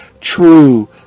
true